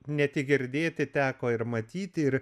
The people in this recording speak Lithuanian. ne tik girdėti teko ir matyti ir